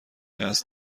است